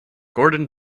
gordon